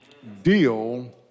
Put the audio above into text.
Deal